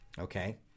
Okay